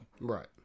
Right